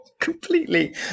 completely